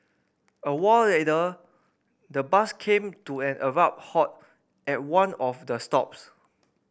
a while later the bus came to an abrupt halt at one of the stops